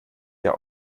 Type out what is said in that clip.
der